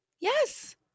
yes